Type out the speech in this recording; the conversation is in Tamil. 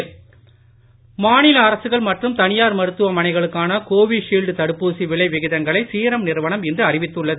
கோவிஷீல்ட்விலை மாநில அரசுகள் மற்றும் தனியார் மருத்துவ மனைகளுக்கான கோவிஷீல்ட் தடுப்பூசி விலை விகிதங்களை சீரம் நிறுவனம் இன்று அறிவித்துள்ளது